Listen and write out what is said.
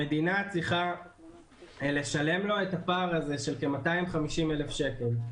המדינה צריכה לשלם לו את הפער הזה של כ-250,000 שקל.